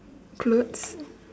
clothes